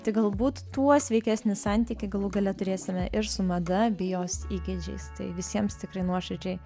tai galbūt tuo sveikesnį santykį galų gale turėsime ir su mada bei jos įgeidžiais tai visiems tikrai nuoširdžiai